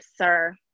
Sir